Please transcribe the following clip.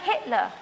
Hitler